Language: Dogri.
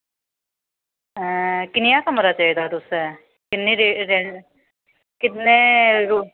कनेहा कमरा चाहिदा तुसें किन्ने